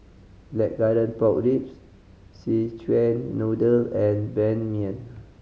Blackcurrant Pork Ribs Szechuan Noodle and Ban Mian